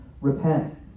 repent